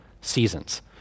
seasons